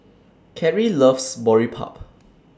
Carie loves Boribap